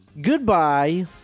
Goodbye